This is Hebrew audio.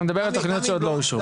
אני מדבר על תוכניות שעוד לא אושרו.